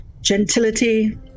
gentility